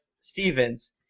Stevens